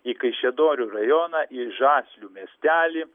į kaišiadorių rajoną į žaslių miestelį